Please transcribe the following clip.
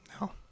No